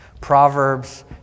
Proverbs